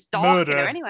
murder